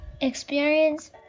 Experience